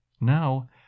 Now